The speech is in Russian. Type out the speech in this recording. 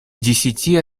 десяти